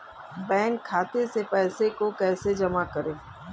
Bank खाते से पैसे को कैसे जमा करें?